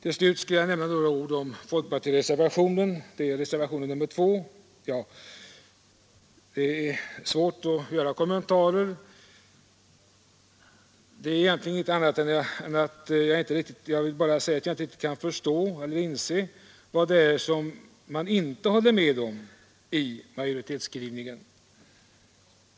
Om jag slutligen skulle nämna några ord om folkpartireservationen — nr 2 — så är det egentligen inte annat än att jag inte riktigt kan inse vad det är som man inte håller med om i majoritetsskrivningen.